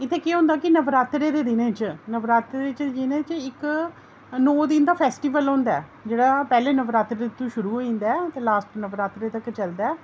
इत्थें केह् होंदा कि नवरात्रें दे दिनें च नवरात्रें दे दिनें च इक नौ दिन दा फेस्टीवल होंदा ऐ जेह्ड़ा पैह्ले दिन ता शुरू होई जंदा ऐ ते लॉस्ट नवरात्रे तक्क चलदा ऐ